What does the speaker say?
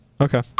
Okay